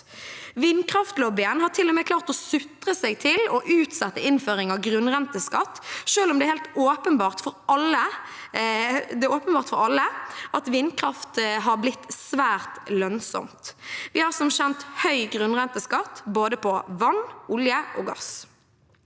Vindkraftlobbyen har til og med klart å sutre seg til å utsette innføring av grunnrenteskatt selv om det er helt åpenbart for alle at vindkraft har blitt svært lønnsomt. Vi har som kjent grunnrenteskatt på både vann, olje og gass.